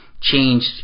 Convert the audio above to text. changed